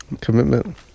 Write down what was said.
commitment